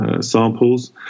samples